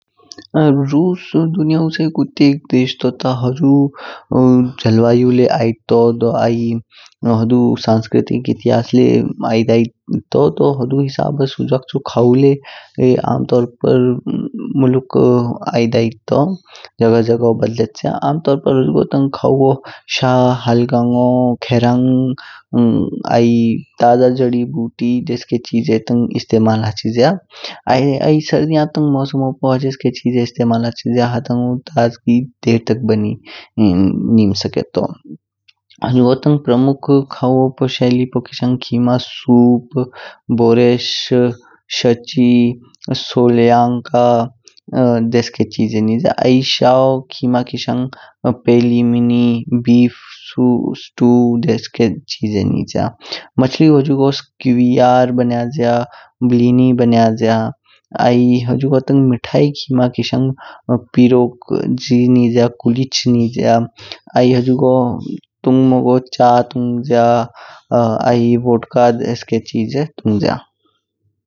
रूस दुनियौ चियेकि तेग देश तो ता हुजु जलवायु ल्य्य आइद तु, हुदु संस्कृतिक इतिहास ले आइद आइद तु। हुदु हिसाबस हुज्वाचु खावु ल्य्य मुलुक आइद आइद तु, जघ जघ ब्दलेच्या। आम तोर पर खावो शा, हल्गायण, खेरण्ग आइ तजा जड़ी-बूटी देशके चिजो तंग इस्तेमल हचीज्या। आइ सर्दीयन पू ह्जेसके चिजो तंग इस्तेमल हचीज्या हातौ ताजगी देर तक बनेने मृत्क स्केत्तो। हुजुगो तंग प्रमुख खावु पू शेलिओ खिमा सूप, बोरेश, शेची, सोलेयण्का, देशके चिजो निज्या। आइ शाउ खिमा किशंग पेलिमानि, बीफ स्तू, देशके चिजो निज्या। मछलिउ हुजुगोस क्वेआर बन्याज, बिलिनी बन्याज्या। आइ हुजुगो तंग मीठाई खिमा किशंग पिरोचिच निज्या, कोरिच निज्या। आइ हुजुगो तुंगमगो चा तुंग्ज्या आइ वोडका देशके चिजो तुंग्ज्या।